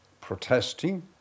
protesting